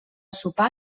sopar